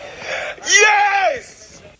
Yes